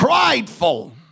prideful